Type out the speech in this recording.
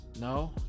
No